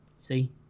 See